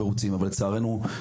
אבל לצערנו,